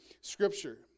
scripture